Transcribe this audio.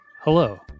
hello